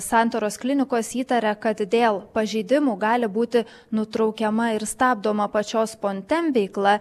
santaros klinikos įtaria kad dėl pažeidimų gali būti nutraukiama ir stabdoma pačios pontem veikla